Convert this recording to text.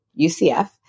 UCF